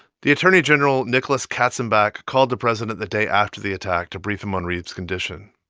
the attorney general, nicholas katzenbach, called the president the day after the attack to brief him on reeb's condition.